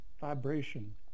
vibration